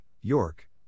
York